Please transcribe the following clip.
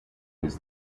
was